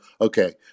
okay